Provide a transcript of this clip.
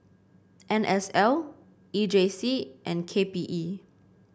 N S L E J C and K P E